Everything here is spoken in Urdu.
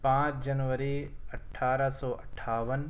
پانچ جنوری اٹھارہ سو اٹھاون